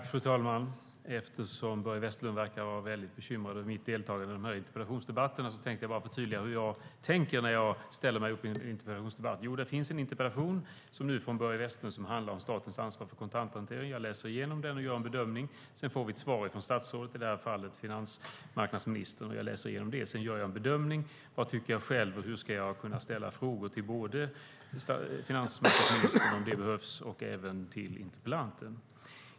Fru talman! Eftersom Börje Vestlund verkar väldigt bekymrad över mitt deltagande i interpellationsdebatterna tänkte jag förtydliga hur jag tänker när jag ställer mig upp i en interpellationsdebatt. Det är så här: Det finns en interpellation, som nu från Börje Vestlund. Den handlar om statens ansvar för kontanthantering. Jag läser igenom den och gör en bedömning. Sedan får vi ett svar från statsrådet, i det här fallet finansmarknadsministern. Jag läser igenom det och gör en bedömning. Vad tycker jag själv? Hur ska jag kunna ställa frågor till både finansmarknadsministern, om det behövs, och interpellanten?